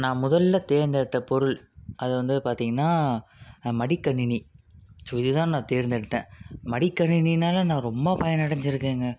நான் முதலில் தேர்ந்தெடுத்த பொருள் அது வந்து பார்த்திங்கன்னா மடிக்கணினி ஸோ இது தான் நான் தேர்ந்தெடுத்தேன் மடிக்கணினினால் நான் ரொம்ப பயனடைஞ்சிருக்கேங்க